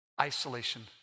isolation